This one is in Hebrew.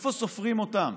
איפה סופרים אותם?